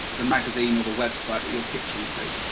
the magazine or the website that you are pitching to.